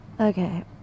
Okay